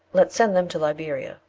let's send them to liberia,